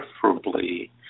preferably